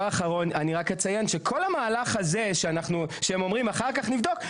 אני רק אציין שכל המהלך הזה שהם אומרים שאחר כ בודקים.